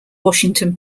washington